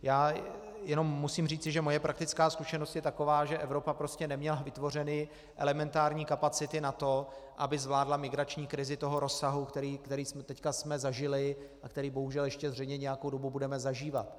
Já jenom musím říci, že moje praktická zkušenost je taková, že Evropa prostě neměla vytvořeny elementární kapacity na to, aby zvládla migrační krizi toho rozsahu, který jsme teď zažili a který bohužel ještě nějakou dobu budeme zažívat.